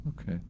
Okay